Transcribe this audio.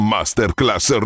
Masterclass